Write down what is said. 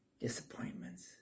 disappointments